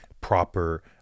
proper